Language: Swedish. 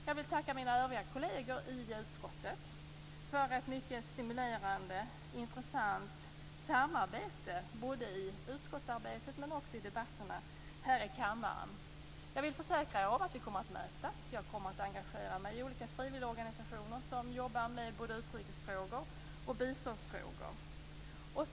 Jag vill tacka mina övriga kolleger i utskottet för ett mycket stimulerande och intressant samarbete i utskottsarbetet och också i debatterna här i kammaren. Jag vill försäkra er om att vi kommer att mötas. Jag kommer att engagera mig i olika frivilligorganisationer som jobbar med både utrikesfrågor och biståndsfrågor.